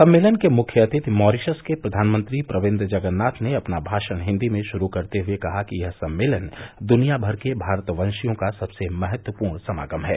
सम्मेलन के मुख्य अतिथि मॉरिशस के प्रघानमंत्री प्रविंद जगनाथ ने अपना भाषण हिन्दी में श्रुरू करते हुए कहा कि यह सम्मेलन दुनियाभर के भारतवंशियों का सबसे महत्वपूर्ण समागम है